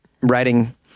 writing